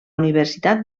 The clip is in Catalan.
universitat